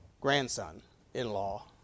grandson-in-law